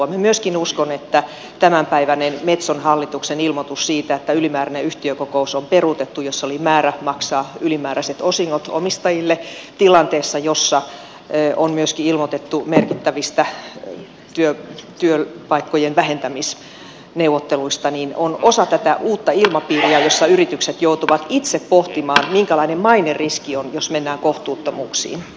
minä myöskin uskon että tämänpäiväinen metson hallituk sen ilmoitus siitä että ylimääräinen yhtiökokous on peruutettu jossa oli määrä maksaa ylimääräiset osingot omistajille tilanteessa jossa on myöskin ilmoitettu merkittävistä työpaikkojen vähentämisneuvotteluista on osa tätä uutta ilmapiiriä jossa yritykset joutuvat itse pohtimaan minkälainen maineriski on jos mennään kohtuuttomuuksiin